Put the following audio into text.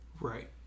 Right